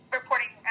reporting